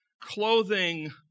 clothing